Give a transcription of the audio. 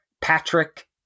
Patrick